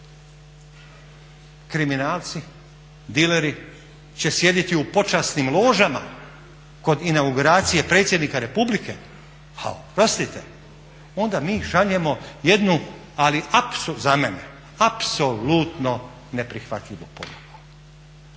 kriminalci, dileri će sjediti u počasnim ložama kod inauguracije predsjednika republike a oprostite onda mi šaljemo jednu ali za mene apsolutno neprihvatljivu poruku.